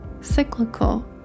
cyclical